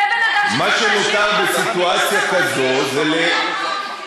זה בן-אדם שצריך להושיב אותו בתפקיד כל כך רגיש?